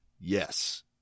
yes